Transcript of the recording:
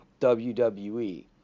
WWE